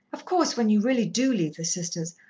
of course, when you really do leave the sisters,